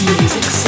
Music